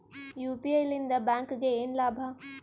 UPI ಲಿಂದ ಬ್ಯಾಂಕ್ಗೆ ಏನ್ ಲಾಭ?